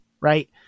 right